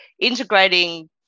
integrating